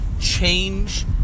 Change